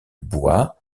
bois